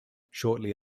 shortly